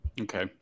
Okay